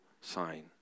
sign